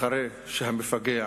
אחרי שהמפגע